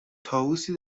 طاووسی